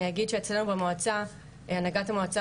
אני אגיד שאצלנו במועצה הנהגת המועצה